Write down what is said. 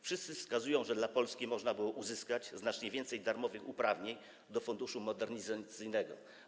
Wszyscy wskazują, że dla Polski można było uzyskać znacznie więcej darmowych uprawnień do funduszu modernizacyjnego.